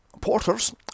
porters